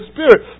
Spirit